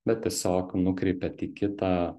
bet tiesiog nukreipiat į kitą